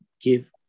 give